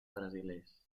brasilers